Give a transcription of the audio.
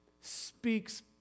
speaks